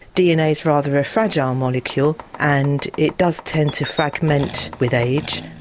dna is rather a fragile molecule and it does tend to fragment with age.